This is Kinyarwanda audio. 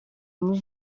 muri